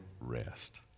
rest